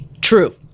True